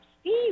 Steve